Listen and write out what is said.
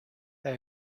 they